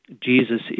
Jesus